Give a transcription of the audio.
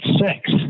six